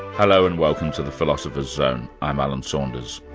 hello and welcome to the philosopher's zone. i'm alan saunders.